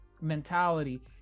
mentality